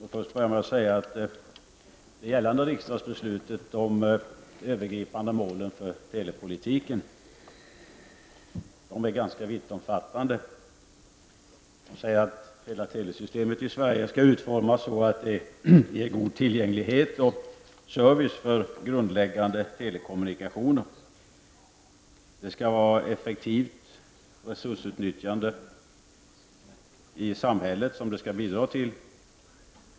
Herr talman! Det gällande riksdagsbeslutet om de övergripande målen för telepolitiken är vittomfattande. Beslutet anger hur telesystemet i Sverige skall utformas och att det skall ge god tillgänglighet och service för grundläggande telekommunikationer. Det skall bidra till ett effektivt resursutnyttjande i samhället.